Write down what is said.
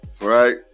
right